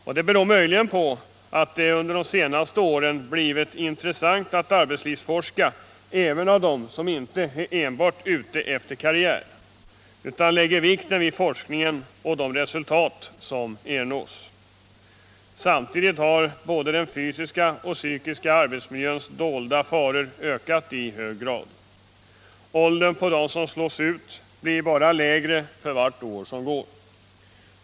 Detta beror möjligen på att det under de senaste åren blivit intressant att arbetslivsforska även för dem som inte enbart är ute efter karriär utan som lägger vikten vid forskningen och de resultat som ernås. Samtidigt har både den fysiska och den psykiska arbetsmiljöns dolda faror ökat i hög grad. Åldern på dem som slås ut blir bara lägre för varje år som går.